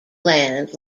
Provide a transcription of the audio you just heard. land